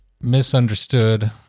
misunderstood